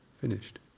finished